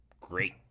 great